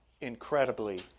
incredibly